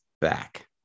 back